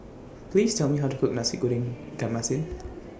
Please Tell Me How to Cook Nasi Goreng Ikan Masin